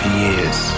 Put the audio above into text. years